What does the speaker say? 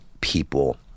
people